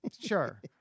Sure